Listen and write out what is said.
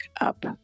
up